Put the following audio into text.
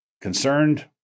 concerned